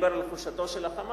דיבר על חולשתו של ה"חמאס",